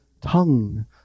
tongue